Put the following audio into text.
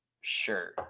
sure